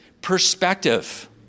perspective